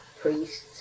priests